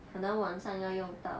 可能晚上要用到